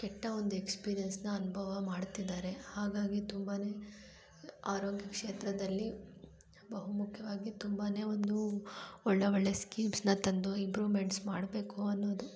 ಕೆಟ್ಟ ಒಂದು ಎಕ್ಸ್ಪೀರಿಯೆನ್ಸನ್ನ ಅನುಭವ ಮಾಡ್ತಿದ್ದಾರೆ ಹಾಗಾಗಿ ತುಂಬಾ ಆರೋಗ್ಯ ಕ್ಷೇತ್ರದಲ್ಲಿ ಬಹುಮುಖ್ಯವಾಗಿ ತುಂಬಾ ಒಂದು ಒಳ್ಳೆ ಒಳ್ಳೆ ಸ್ಕೀಮ್ಸನ್ನ ತಂದು ಇಂಪ್ರೂವ್ಮೆಂಟ್ಸ್ ಮಾಡಬೇಕು ಅನ್ನೋದು